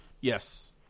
Yes